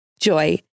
JOY